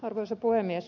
arvoisa puhemies